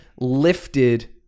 lifted